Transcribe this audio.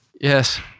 Yes